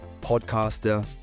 podcaster